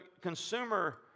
consumer